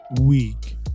week